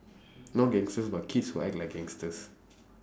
not gangsters but kids who act like gangsters